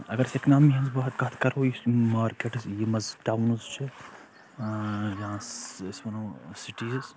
اگر اِکنامی ہِنٛز کَتھ کَرو یِم مارکیٹس یِم اَز ٹاونٕز چھِ یا أسۍ وَنو سِٹیٖز